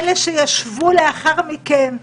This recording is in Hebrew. אלה שישבו לאחר מכן,